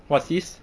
what sister